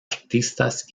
artistas